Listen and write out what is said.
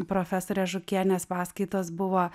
profesorės žukienės paskaitos buvo